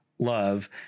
love